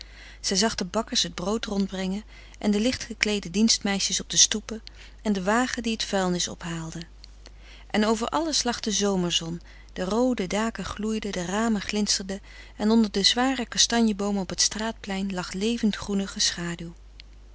zij zag de bakkers het brood rondbrengen en de lichtgekleede dienstmeisjes op de stoepen en den wagen die het vuilnis ophaalde en over alles lag de zomerzon de roode daken gloeiden de ramen glinsterden en onder den zwaren kastanjeboom op het straatplein lag levendgroenige schaduw